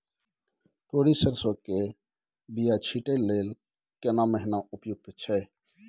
तोरी, सरसो के बीया छींटै लेल केना महीना उपयुक्त छै?